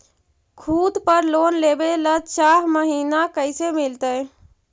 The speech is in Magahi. खूत पर लोन लेबे ल चाह महिना कैसे मिलतै?